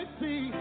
see